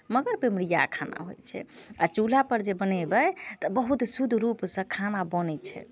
मगर बीमरियाह खाना होइत छै आ चूल्हापर जे बनेबै तऽ बहुत शुद्ध रूपसँ खाना बनैत छै